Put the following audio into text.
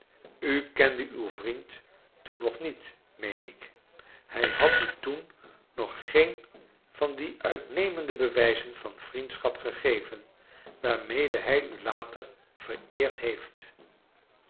u kende uw vriend toen nog niet meen ik hij had u toon nog geen van die uitnemende bewijzen van vriendschap gegeven waarmede hij u later vereerd heeft